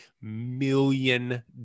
million